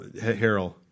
Harold